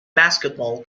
basketball